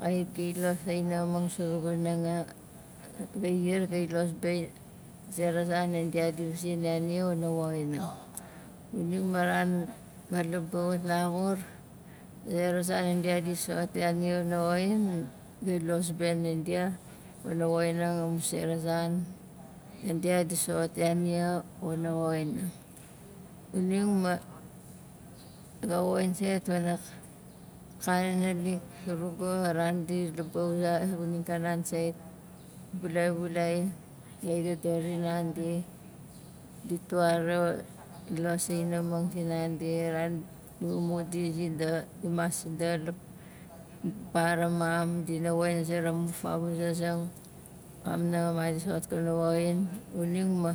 Kait gai volos a inaxamang surugu nanga gai ziar gai los be a zera zan nandia di ya nia wana woxinang xuning ma ran ga laba wat laxur a zera zan nandia di soxot ya nia wana woxin gai los be nandia wana woxinang amu sera zan nandia di soxot ya nia wana woxinang xuning ma ga woxin sait wana akana naalik surugu a ran di laba uza xuning kanan sait bulai, bulai gai dodor zinandi ditwra losing amang finalik a ran di mumut di zindaxa dimas zindaxa la para mam dina woxin a zera mu famuzazing mam nanga madi soxot kana woxin xuning ma